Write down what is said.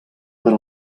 per